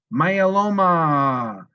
myeloma